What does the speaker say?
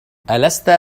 ألست